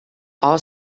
all